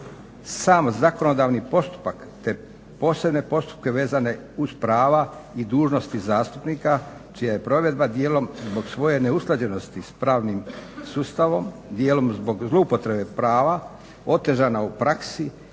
sam zakonodavni postupak, te posebne postupke vezane uz prava i dužnosti zastupnika čija je provedba djelom zbog svoje neusklađenosti s pravnim sustavom, djelom zbog zloupotrebe prava otežana u praksi